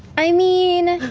i mean,